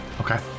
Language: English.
okay